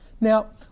Now